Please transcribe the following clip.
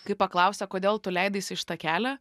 kai paklausė kodėl tu leidais į šitą kelią